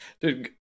Dude